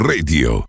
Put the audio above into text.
Radio